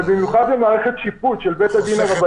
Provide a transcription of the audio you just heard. במיוחד במערכת שיפוט של בית-הדין הרבני.